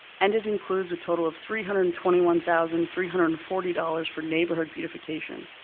and it includes a total of three hundred and twenty one thousand three hundred and forty dollars for neighborhood beautification.